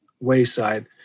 wayside